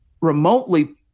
remotely